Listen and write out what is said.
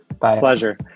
Pleasure